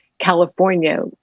California